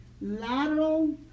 lateral